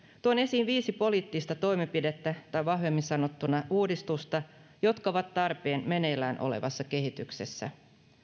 tuon esiin viisi poliittista toimenpidettä tai vahvemmin sanottuna uudistusta jotka ovat tarpeen meneillään olevassa kehityksessä